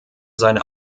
seine